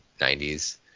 90s